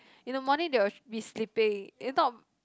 in the morning they will be sleeping if not